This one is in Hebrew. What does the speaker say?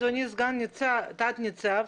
אדוני תת-ניצב,